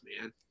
man